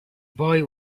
boy